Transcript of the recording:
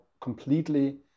completely